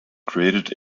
created